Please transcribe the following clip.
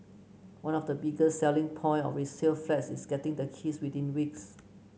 one of the biggest selling point of resale flats is getting the keys within weeks